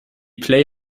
play